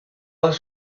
was